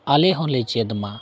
ᱟᱞᱮ ᱦᱚᱸᱞᱮ ᱪᱮᱫ ᱢᱟ